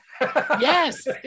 Yes